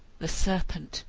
the serpent,